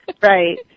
Right